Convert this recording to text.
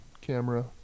camera